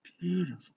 beautiful